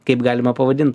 kaip galima pavadint